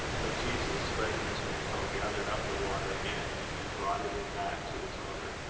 but jesus, spreading his mantle, gathered up the water again, and brought it in that to his mother.